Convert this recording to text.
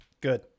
good